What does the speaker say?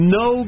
no